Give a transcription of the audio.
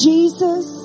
Jesus